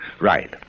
Right